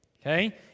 okay